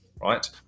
right